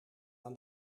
aan